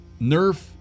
nerf